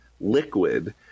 liquid